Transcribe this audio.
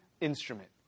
instrument